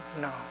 No